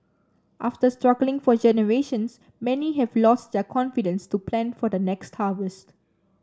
after struggling for generations many have lost their confidence to plan for the next harvest